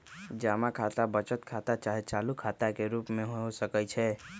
जमा खता बचत खता चाहे चालू खता के रूप में हो सकइ छै